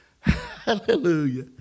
Hallelujah